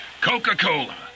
coca-cola